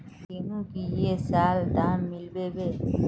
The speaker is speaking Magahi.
गेंहू की ये साल दाम मिलबे बे?